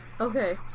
Okay